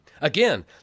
Again